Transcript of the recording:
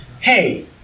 Hey